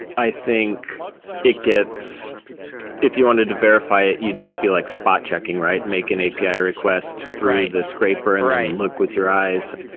i think it gets if you wanted to verify, you just be like spot checking, right? making api requests through the scraper and look with your eyes,